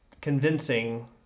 convincing